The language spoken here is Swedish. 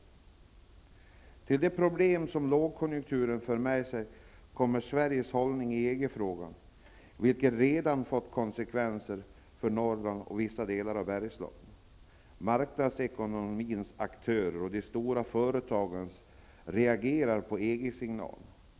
Förutom de problem som lågkonjunkturen för med sig har vi Sveriges hållning i EG-frågan, vilken redan har fått konsekvenser för Norrland och vissa delar av Bergslagen. Marknadsekonomins aktörer och de stora företagen reagerar på ''EG signalerna''.